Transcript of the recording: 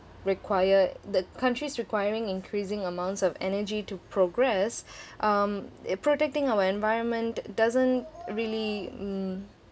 require the country's requiring increasing amounts of energy to progress um uh protecting our environment doesn't really mm